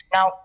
Now